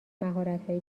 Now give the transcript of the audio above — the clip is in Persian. مهارتهای